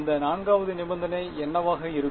அந்த 4 வது நிபந்தனை என்னவாக இருக்கும்